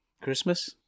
Christmas